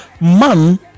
man